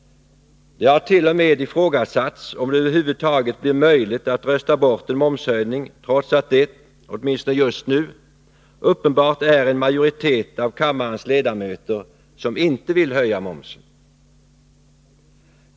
Det hart.o.m. ifrågasatts om det över huvud taget blir möjligt att rösta bort en momshöjning trots att det, åtminstone just nu, uppenbart är en majoritet av kammarens ledamöter som inte vill höja momsen.